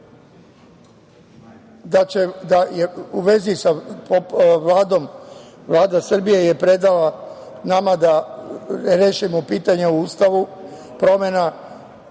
koje imam jesu u vezi sa Vladom. Vlada Srbije je predala nama da rešimo pitanja u Ustavu, promena